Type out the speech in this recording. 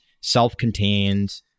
self-contained